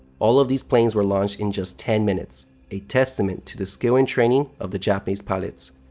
all of these planes were launched in just ten minutes, a testament to the skill and training of the japanese pilots.